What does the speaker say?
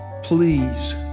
Please